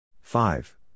Five